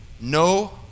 no